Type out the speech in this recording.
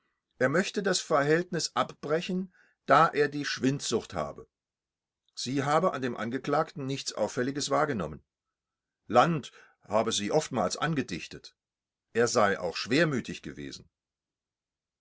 er möchte das verhältnis abbrechen da er die schwindsucht habe sie habe an dem angeklagten nichts auffälliges wahrgenommen land habe sie oftmals angedichtet er sei auch schwermütig gewesen